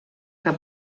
que